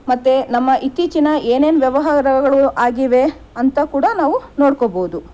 ಮತ್ತು ನಮ್ಮಇತ್ತೀಚಿನ ಏನೇನು ವ್ಯವಹಾರಗಳು ಆಗಿವೆ ಅಂತ ಕೂಡ ನಾವು ನೋಡ್ಕೋಬೋದು